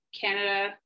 Canada